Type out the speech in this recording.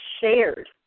shared